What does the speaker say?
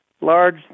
large